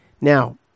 now